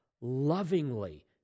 lovingly